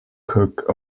cock